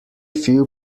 few